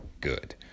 good